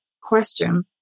question